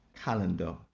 calendar